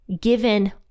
given